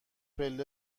پله